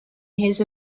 his